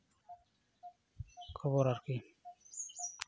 ᱠᱷᱚᱵᱚᱨ ᱟᱨᱠᱤ